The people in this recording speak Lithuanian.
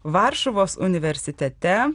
varšuvos universitete